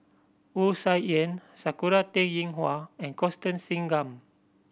Wu Tsai Yen Sakura Teng Ying Hua and Constance Singam